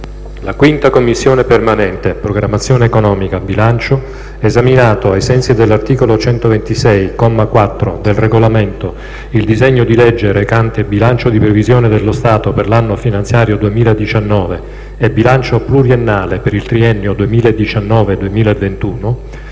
«La 5a Commissione permanente, Programmazione economica, bilancio, esaminato ai sensi dell'articolo 126, comma 4, del Regolamento, il disegno di legge recante bilancio di previsione dello Stato per l'anno finanziario 2019 e bilancio pluriennale per il triennio 2019-2021